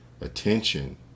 attention